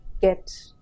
get